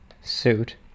suit